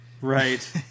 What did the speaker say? Right